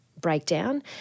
breakdown